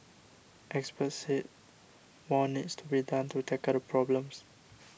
experts said more needs to be done to tackle the problem